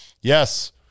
Yes